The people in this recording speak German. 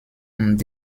und